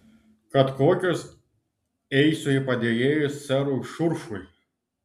kad kokios eisiu į padėjėjus serui šurfui